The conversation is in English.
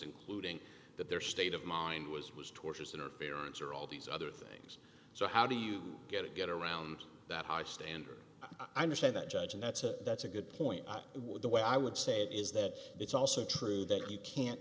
including that their state of mind was was torturous interference or all these other things so how do you get a get around that high standard i understand that judge and that's a that's a good point i would the way i would say it is that it's also true that you can't